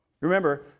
Remember